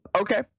Okay